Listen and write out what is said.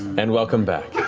and welcome back.